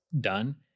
done